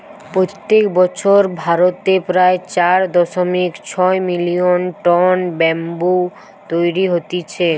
প্রত্যেক বছর ভারতে প্রায় চার দশমিক ছয় মিলিয়ন টন ব্যাম্বু তৈরী হতিছে